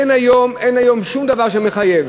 אין היום שום דבר שמחייב